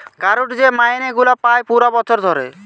কারুর যে মাইনে গুলা পায় পুরা বছর ধরে